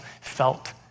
felt